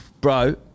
Bro